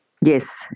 Yes